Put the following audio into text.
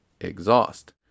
exhaust